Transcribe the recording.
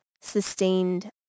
sustained